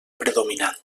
predominant